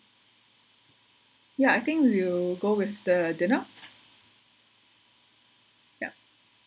ya I think we'll go with the dinner yup